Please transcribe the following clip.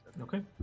Okay